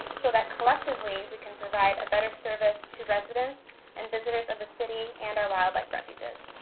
so that collectively we can provide a better service to residents and visitors of the city, and our wildlife refuges.